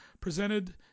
presented